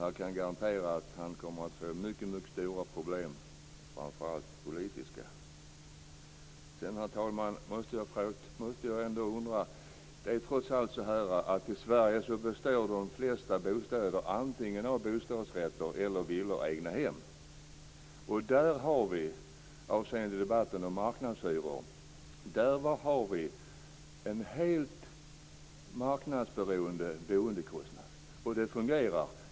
Jag kan garantera att han kommer att få mycket stora problem, framför allt politiska. Herr talman! Jag har en undran. I Sverige är ändå de flesta bostäder antingen bostadsrätter eller villor/egna hem. Där har vi, avseende debatten om marknadshyror, en helt marknadsberoende boendekostnad. Det fungerar.